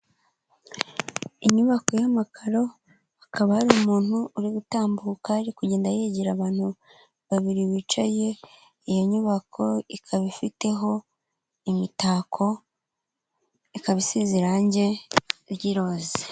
Inyubako y'amakaro, hakaba hari umuntu uri gutambuka, ari kugenda yegira abantu babiri bicaye, iyo nyubako ikaba ifiteho imitako, ikaba isize irangi ry'irose.